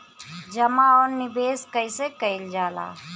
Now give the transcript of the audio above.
जमा और निवेश कइसे कइल जाला?